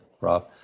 Rob